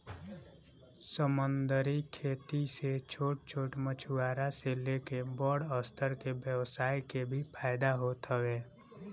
समंदरी खेती से छोट छोट मछुआरा से लेके बड़ स्तर के व्यवसाय के भी फायदा होत हवे